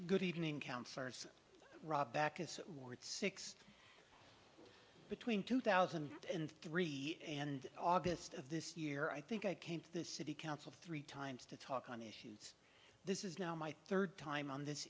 good evening councilors rob back as word six between two thousand and three and august of this year i think i came to the city council three times to talk on issues this is now my third time on this